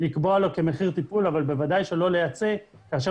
לקבוע לו כמחיר טיפול אבל בוודאי שלא לייצא כאשר